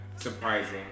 surprising